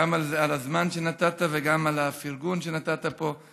גם על הזמן שנתת וגם על הפרגון שנתת פה.